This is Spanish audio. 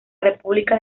república